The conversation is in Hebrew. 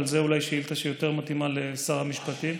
אבל זו אולי שאילתה שיותר מתאימה לשר המשפטים.